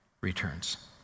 returns